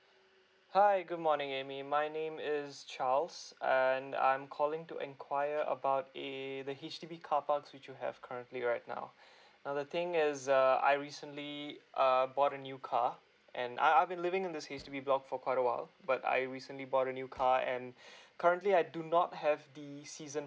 hi good morning amy my name is charles and I'm calling to inquire about eh the H_D_B car parks which you have currently right now now the thing is uh I recently err I bought a new car and I I been leaving in this H_D_B block for quite awhile but I recently bought a new car and currently I do not have the season